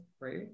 Right